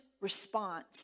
response